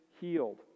healed